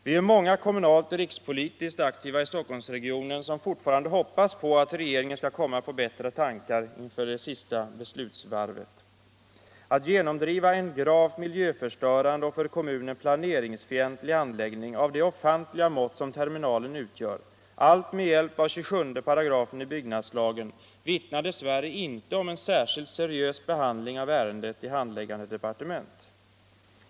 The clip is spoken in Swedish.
Vi är många kommunalt och rikspolitiskt aktiva i Stockholmsregionen som fortfarande hoppas att regeringen skall komma på bättre tankar inför det sista beslutsvarvet. Att genomdriva en gravt miljöförstörande och för kommunen planeringsfientlig anläggning av de ofantliga mått som terminalen utgör — allt med hjälp av 27 § byggnadslagen — vittnar dess värre inte om en särskilt seriös behandling av ärendet i handläggande departement.